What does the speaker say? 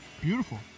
Beautiful